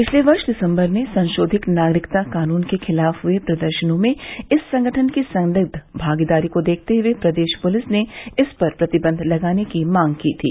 पिछले वर्ष दिसम्बर में संशोधित नागरिकता कानून के खिलाफ हुए प्रदर्शनों में इस संगठन की संदिग्ध भागीदारी को देखते हुए प्रदेश पुलिस ने इस पर प्रतिबंध लगाने की मांग की थी